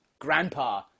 grandpa